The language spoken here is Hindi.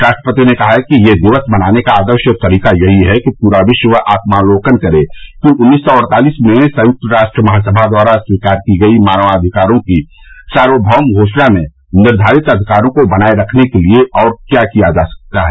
राष्ट्रपति ने कहा कि यह दिवस मनाने का आदर्श तरीका यही है कि पूरा विश्व आत्मावलोकन करे कि उन्नीस सौ अड़तालिस में संयुक्त राष्ट्र महासभा द्वारा स्वीकार की गई मानवाधिकारों की सार्वमैम घोषणा में निर्धारित अधिकारों को बनाए रखने के लिए और क्या किया जा सकता है